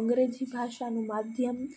અંગ્રેજી ભાષાનું માધ્યમ